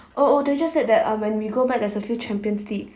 oh oh they just said that when we go back there is a few champions league